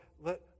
let